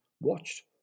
watched